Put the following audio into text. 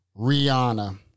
rihanna